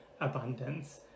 abundance